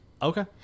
okay